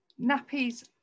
Nappies